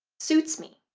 suits me.